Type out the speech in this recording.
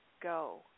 go